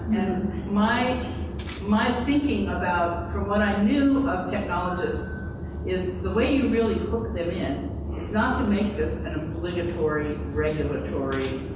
my my thinking about, from what i knew of technologists is the way you really hook them in is not to this an obligatory, regulatory,